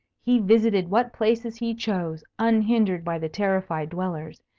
he visited what places he chose, unhindered by the terrified dwellers,